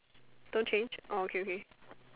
don't change oh okay okay